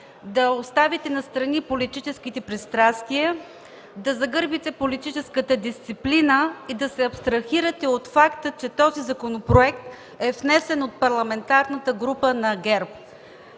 да оставите настрани политическите пристрастия, да загърбите политическата дисциплина и да се абстрахирате от факта, че този законопроект е внесен от Парламентарната група на ГЕРБ.